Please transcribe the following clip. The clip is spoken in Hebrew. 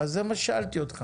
זאת הייתה שאלתי.